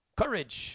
courage